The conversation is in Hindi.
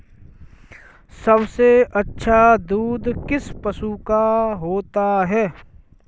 सबसे अच्छा दूध किस पशु का होता है?